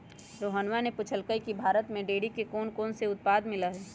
रोहणवा ने पूछल कई की भारत में डेयरी के कौनकौन से उत्पाद मिला हई?